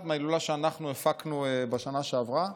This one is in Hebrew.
מההילולה שאנחנו הפקנו בשנה שעברה.